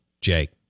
Jake